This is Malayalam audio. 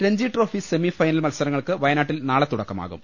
രഞ്ജി ട്രോഫി സെമി ഫൈനൽ മത്സരങ്ങൾക്ക് വയനാട്ടിൽ നാളെ തുടക്കമാകും